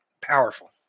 Powerful